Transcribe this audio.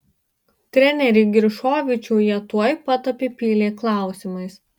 trenerį giršovičių jie tuoj pat apipylė klausimais